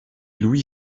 louis